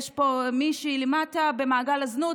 יש פה מישהי למטה במעגל הזנות,